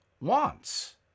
wants